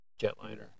jetliner